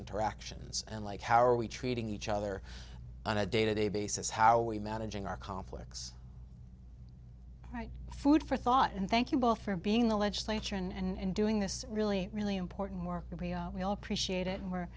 interactions and like how are we treating each other on a day to day basis how we managing our conflicts right food for thought and thank you both for being the legislature and doing this really really important work and we all appreciate it and we're